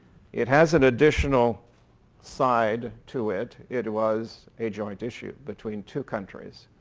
it has an additional side to it. it was a joint issue between two countries.